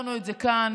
הראשונה,